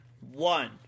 one